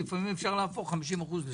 אבל לפעמים אפשר להפוך 50% ל-60%.